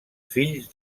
fills